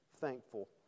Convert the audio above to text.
thankful